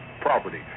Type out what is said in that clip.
property